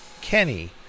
Kenny